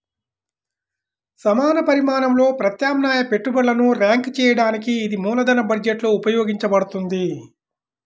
సమాన పరిమాణంలో ప్రత్యామ్నాయ పెట్టుబడులను ర్యాంక్ చేయడానికి ఇది మూలధన బడ్జెట్లో ఉపయోగించబడుతుంది